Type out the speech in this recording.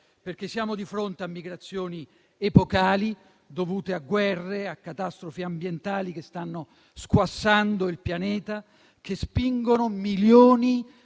perché siamo di fronte a migrazioni epocali dovute a guerre e a catastrofi ambientali che stanno squassando il pianeta, che spingono milioni